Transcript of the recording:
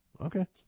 Okay